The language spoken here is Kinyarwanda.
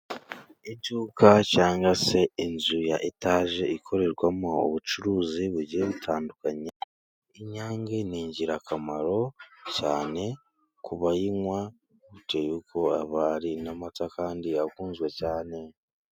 Iduka cyangwa se inzu ya etaje ikorerwamo ubucuruzi bugiye butandukanye . Inyange ni ingirakamaro cyane ku bayinywa , bitewe n'uko aba ari n'amata kandi akunzwe cyane.